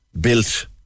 built